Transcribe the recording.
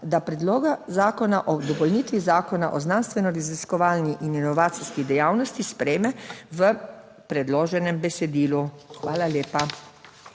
da predloga zakona o dopolnitvi Zakona o znanstveno raziskovalni in inovacijski dejavnosti sprejme v predloženem besedilu. Hvala lepa.